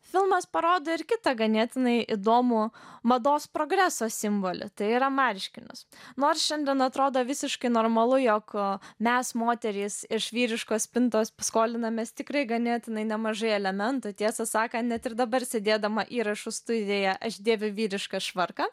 filmas parodo ir kitą ganėtinai įdomų mados progreso simbolį tai yra marškinius nors šiandien atrodo visiškai normalu jog mes moterys iš vyriškos spintos skolinamės tikrai ganėtinai nemažai elementų tiesą sakant net ir dabar sėdėdama įrašų studijoje aš dėviu vyrišką švarką